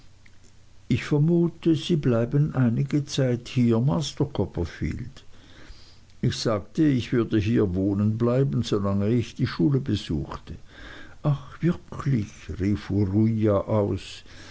ich vermute sie bleiben einige zeit hier master copperfield ich sagte ich würde hier wohnen bleiben solange ich die schule besuchte ach wirklich rief uriah aus